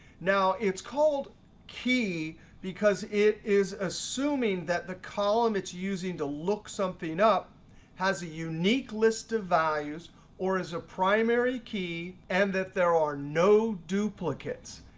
now it's called key because it is assuming that the column it's using to look something up has a unique list of values or is a primary key and that there are no duplicates.